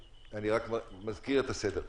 מר צבי דביר,